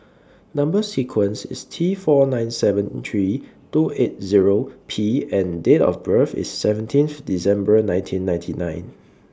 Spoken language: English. Number sequence IS T four nine seven three two eight Zero P and Date of birth IS seventeenth December nineteen ninety nine